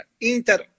Inter